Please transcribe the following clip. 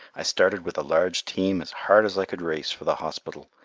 i started with a large team as hard as i could race for the hospital,